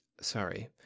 sorry